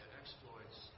exploits